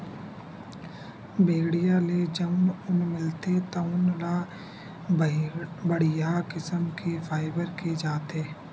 भेड़िया ले जउन ऊन मिलथे तउन ल बड़िहा किसम के फाइबर केहे जाथे